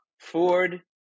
Ford